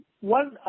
one